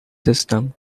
system